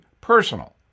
personal